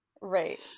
Right